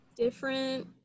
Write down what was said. different